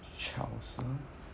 charles ah